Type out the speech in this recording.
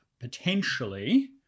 potentially